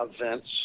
events